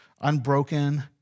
Unbroken